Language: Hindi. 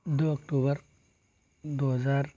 दो अक्तूबर दो हज़ार